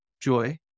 Joy